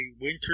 winter